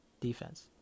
defense